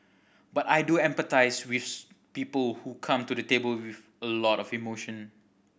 but I do empathise with people who come to the table with a lot of emotion